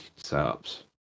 setups